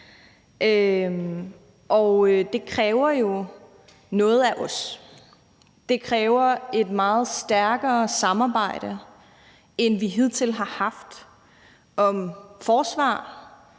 Det kræver jo noget af os. Det kræver et meget stærkere samarbejde, end vi hidtil har haft, om forsvar,